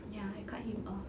ya I cut him off